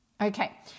Okay